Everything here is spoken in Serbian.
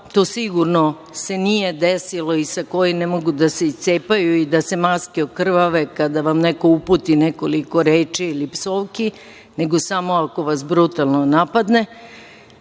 To sigurno se nije desilo i sakoi ne mogu da se iscepaju i da se maske okrvave kada vam neko uputi nekoliko reči ili psovki, nego samo ako vas brutalno napadne. Moje